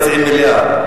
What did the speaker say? המציעים מציעים מליאה.